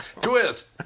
Twist